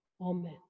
Amen